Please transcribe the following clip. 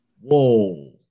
Whoa